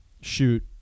shoot